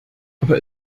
aber